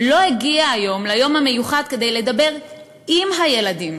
לא הגיע היום ליום המיוחד כדי לדבר עם הילדים.